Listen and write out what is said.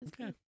okay